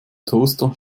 toaster